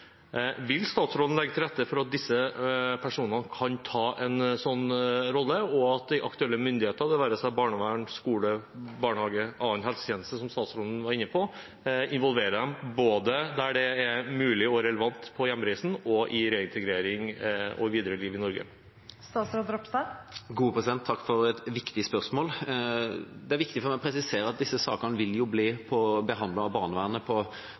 Vil statsråden legge til rette for at disse personene kan ta en sånn rolle, og at de aktuelle myndigheter, det være seg barnevern, skole, barnehage, annen helsetjeneste, som statsråden var inne på, blir involvert både der det er mulig og relevant på hjemreisen, og i reintegrering og videre liv i Norge? Takk for et viktig spørsmål. Det er viktig for meg å presisere at disse sakene vil bli behandlet av barnevernet på